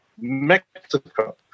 Mexico